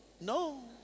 No